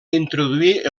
introduir